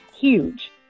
huge